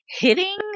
hitting